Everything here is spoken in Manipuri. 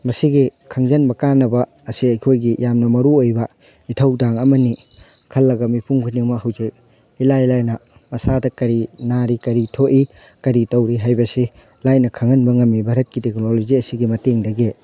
ꯃꯁꯤꯒꯤ ꯈꯪꯖꯟꯕ ꯀꯥꯟꯅꯕ ꯑꯁꯤ ꯑꯩꯈꯣꯏꯒꯤ ꯌꯥꯝꯅ ꯃꯔꯨ ꯑꯣꯏꯕ ꯏꯊꯧꯗꯥꯡ ꯑꯃꯅꯤ ꯈꯜꯂꯒ ꯃꯤꯄꯨꯝ ꯈꯨꯗꯤꯡꯃꯛ ꯍꯧꯖꯤꯛ ꯏꯂꯥꯏ ꯂꯥꯏꯅ ꯃꯁꯥꯗ ꯀꯔꯤ ꯅꯥꯔꯤ ꯀꯔꯤ ꯊꯣꯛꯏ ꯀꯔꯤ ꯇꯧꯔꯤ ꯍꯥꯏꯕꯁꯤ ꯂꯥꯏꯅ ꯈꯪꯍꯟꯕ ꯉꯝꯏ ꯚꯥꯔꯠꯀꯤ ꯇꯦꯛꯅꯣꯂꯣꯖꯤ ꯑꯁꯤꯒꯤ ꯃꯇꯦꯡꯗꯒꯤ